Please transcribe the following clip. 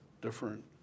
different